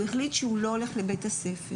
הוא החליט שהוא לא הולך לבית הספר.